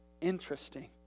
interesting